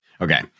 Okay